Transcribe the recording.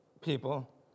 people